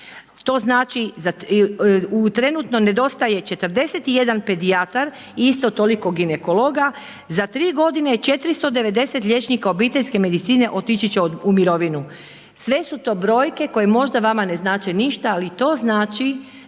to znači u trenutno nedostaje 41 pedijatar i isto toliko ginekologa, za 3 godine 490 liječnika obiteljske medicine otići će u mirovinu. Sve su to brojke koje možda vama ne znači ništa, ali to znači